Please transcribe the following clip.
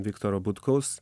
viktoro butkaus